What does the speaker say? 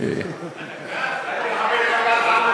אל תחבר את הגז לבודקה.